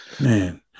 man